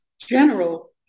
general